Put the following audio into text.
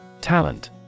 Talent